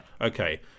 Okay